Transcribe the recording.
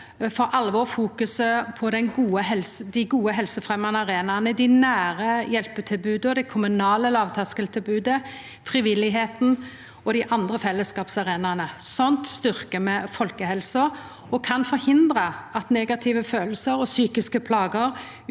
for alvor fokuset mot dei gode helsefremjande arenaene, dei nære hjelpetilboda og dei kommunale lågterskeltilboda, frivilligheita og andre fellesskapsarenaer. Slik styrkjer vi folkehelsa og kan forhindra at negative følelsar og psykiske plager